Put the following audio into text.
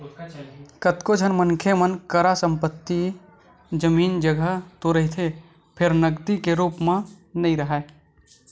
कतको झन मनखे मन करा संपत्ति, जमीन, जघा तो रहिथे फेर नगदी के रुप म नइ राहय